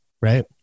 right